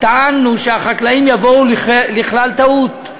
טענו שהחקלאים יבואו לכלל טעות.